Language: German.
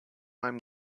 einem